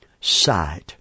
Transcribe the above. sight